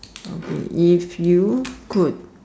okay if you could